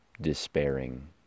despairing